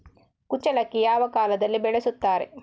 ಕುಚ್ಚಲಕ್ಕಿ ಯಾವ ಕಾಲದಲ್ಲಿ ಬೆಳೆಸುತ್ತಾರೆ?